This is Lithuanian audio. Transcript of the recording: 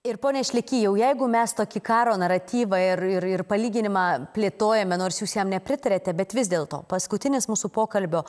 ir pone šleky jau jeigu mes tokį karo naratyvą ir ir ir palyginimą plėtojame nors jūs jam nepritariate bet vis dėlto paskutinis mūsų pokalbio